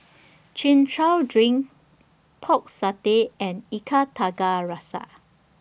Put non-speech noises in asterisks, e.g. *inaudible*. *noise* Chin Chow Drink Pork Satay and Ikan Tiga Rasa